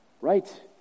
right